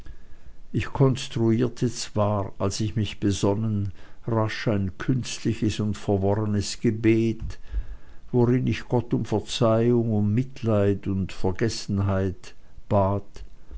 ich konstruierte zwar als ich mich besonnen rasch ein künstliches und verworrenes gebet worin ich gott um verzeihung um mitleid um vergessenheit bat